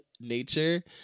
nature